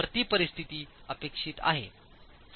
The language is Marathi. तर ती परिस्थिती अपेक्षित आहे